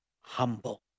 humble